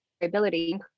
ability